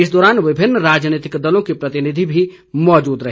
इस दौरान विभिन्न राजनीतिक दलों के प्रतिनिधि भी मौजूद रहे